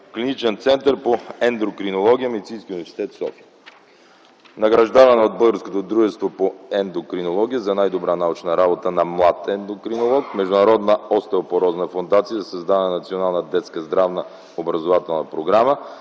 Клиничен център по ендокринология, Медицински университет – София. Награждавана е от Българското дружество по ендокринология за „най-добра научна работа на млад ендокринолог” ; Международната остеопорозна фондация за създаване на Национална детска здравна образователна програма;